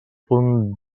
punt